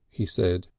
he said.